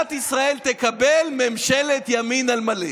מדינת ישראל תקבל ממשלת ימין על מלא.